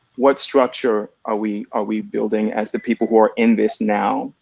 what structure are we are we building as the people who are in this now,